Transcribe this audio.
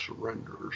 surrenders